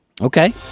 Okay